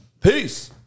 Peace